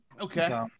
Okay